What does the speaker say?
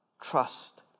trust